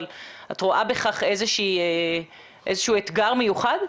אבל את רואה בכך איזה שהוא אתגר מיוחד?